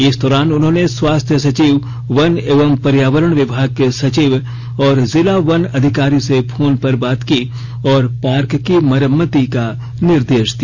इस दौरान उन्होंने स्वास्थ्य सचिव वन एवं पर्यावरण विभाग के सचिव और जिला वन अधिकारी से फोन पर बात की और पार्क की मरम्मती का निर्देष दिया